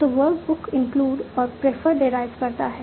तो verb book include और prefer derive करता है